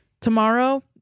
tomorrow